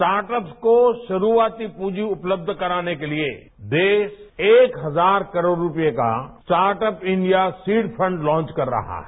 start ups को शुरुआती पूंजी उपलब्ध कराने के लिए देश एक हजार करोड़ रुपये का startup India seed fund launch कर रहा है